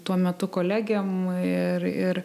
tuo metu kolegėm ir ir